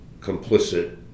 complicit